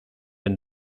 and